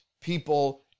people